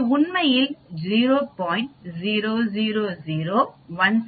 இவை உண்மையில் 0